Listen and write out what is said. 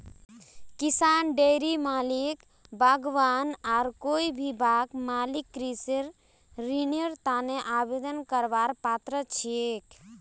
किसान, डेयरी मालिक, बागवान आर कोई भी बाग मालिक कृषि ऋनेर तने आवेदन करवार पात्र छिके